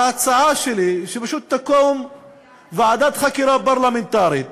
ההצעה שלי היא שפשוט תקום ועדת חקירה פרלמנטרית